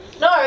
No